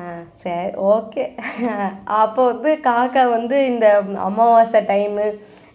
ஆ சரி ஓகே அப்போது வந்து காக்கா வந்து இந்த அமாவாசை டைம்மு